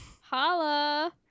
Holla